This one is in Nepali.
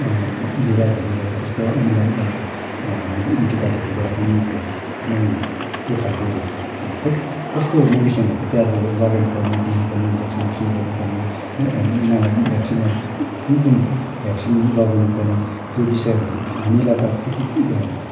विभागहरू भयो त्यस्तो एनिमल डिपार्टहरूबाट पनि अब कुनै त्यो खालको क कस्तो मेडिसनहरू चाहिँ अब लगाउनु पर्ने दिनु पर्ने इन्जेक्सनहरू के गर्नु पर्ने यिनीहरूलाई भ्याक्सिनहरू कुन कुन भ्याक्सिन लगाउनु पर्ने त्यो विषयहरूमा हामीलाई ता अब त्यति